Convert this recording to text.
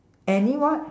any what